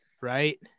Right